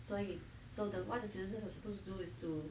所以 so the one is isn't supposed to do is to